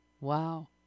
Wow